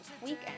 weekend